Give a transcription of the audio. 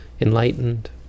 enlightened